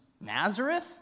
Nazareth